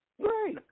Right